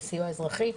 לסיוע אזרחי.